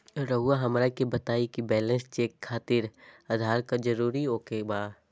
रउआ हमरा के बताए कि बैलेंस चेक खातिर आधार कार्ड जरूर ओके बाय?